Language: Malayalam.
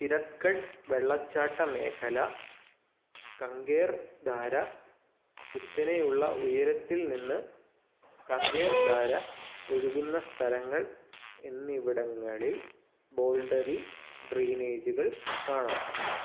തിരത്ഗഡ് വെള്ളച്ചാട്ട മേഖല കങ്കേർ ധാര കുത്തനെയുള്ള ഉയരത്തിൽ നിന്ന് കങ്കേർ ധാര ഒഴുകുന്ന സ്ഥലങ്ങൾ എന്നിവിടങ്ങളിൽ ബോൾഡറി ഡ്രെയിനേജുകൾ കാണാം